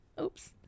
Oops